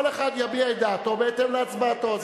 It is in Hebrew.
כל אחד יביע את דעתו בהתאם להצבעתו,